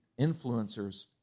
influencers